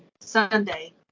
Sunday